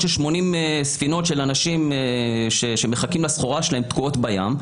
ש-80 ספינות של אנשים שמחכים לסחורה שלהם תקועות בים,